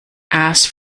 asked